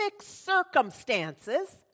circumstances